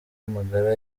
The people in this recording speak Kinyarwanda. amagara